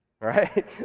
right